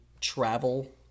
travel